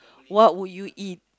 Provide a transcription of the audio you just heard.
what would you eat